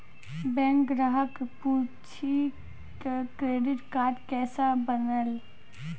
Bank ग्राहक पुछी की क्रेडिट कार्ड केसे बनेल?